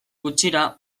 gutxira